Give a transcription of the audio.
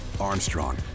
Armstrong